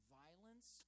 violence